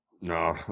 No